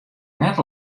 net